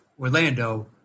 Orlando